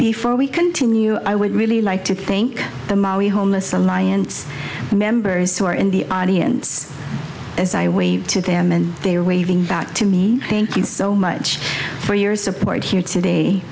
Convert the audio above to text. before we continue i would really like to thank the maui homeless alliance members who are in the audience as i wave to them and they are waving back to me thank you so much for your support here today